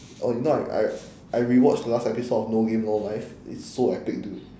oh you know I I I rewatched the last episode of no game no life it's so epic dude